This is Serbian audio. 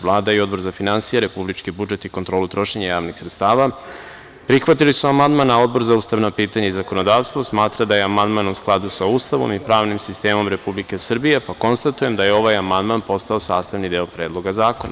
Vlada i Odbor za finansije, republički budžet i kontrolu trošenja javnih sredstava prihvatili su amandman, a Odbor za ustavna pitanja i zakonodavstvo smatra da je amandman u skladu sa Ustavom i pravnim sistemom Republike Srbije, pa konstatujem da je ovaj amandman postao sastavni deo Predloga zakona.